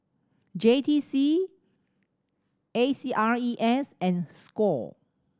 J T C A C R E S and score